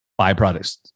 byproducts